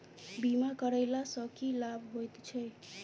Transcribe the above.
बीमा करैला सअ की लाभ होइत छी?